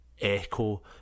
echo